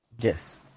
Yes